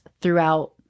throughout